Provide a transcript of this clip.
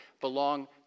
belong